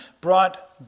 brought